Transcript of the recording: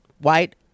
white